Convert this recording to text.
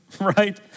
right